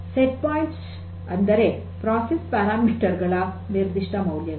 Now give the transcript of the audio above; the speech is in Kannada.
ಸೆಟ್ ಪಾಯಿಂಟ್ಸ್ ಅಂದರೆಪ್ರಕ್ರಿಯೆಯ ನಿಯತಾಂಕಗಳ ನಿರ್ದಿಷ್ಟಮೌಲ್ಯಗಳು